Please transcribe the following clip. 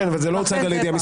כן, אבל זה לא הוצג על ידי.